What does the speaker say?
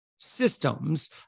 Systems